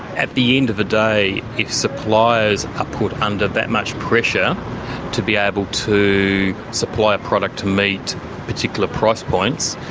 at the end of the day if suppliers are put under that much pressure to be able to supply a product to meet particular price points,